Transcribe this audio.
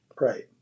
Right